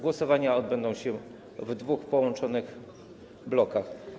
Głosowania odbędą się w dwóch połączonych blokach.